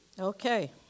Okay